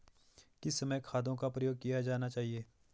किस समय खादों का प्रयोग किया जाना चाहिए?